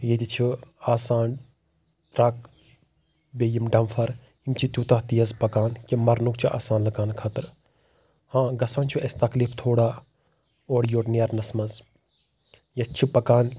ییٚتہِ چھ آسان ٹرٛک بیٚیہِ یِم ڈمفر یِمہٕ چھ تیوٗتاہ تیز پکان کہ مرنُک چھ آسان لُکن خطرٕ ہاں گژھان چھُ اَسہِ تکلیٖف تھوڑا اورٕ یور نیرنس منٛز ییٚتہِ چھ پکان